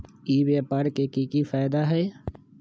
ई व्यापार के की की फायदा है?